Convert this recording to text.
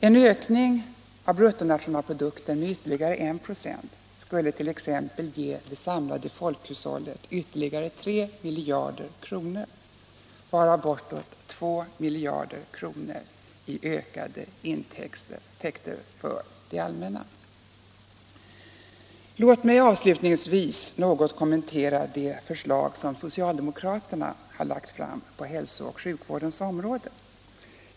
En ökning av BNP med ytterligare en procent skulle exempelvis ge det samlade folkhushållet ytterligare 3 miljarder kronor varav bortåt 2 miljarder kronor i ökade intäkter för det allmänna. Låt mig då avslutningsvis något kommentera det av socialdemokraterna framlagda förslaget på hälso och sjukvårdens område.